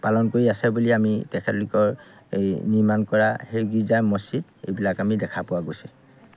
পালন কৰি আছে বুলি আমি তেখেতলোকৰ এই নিৰ্মাণ কৰা সেই গীৰ্জা মচজিদ এইবিলাক আমি দেখা পোৱা গৈছে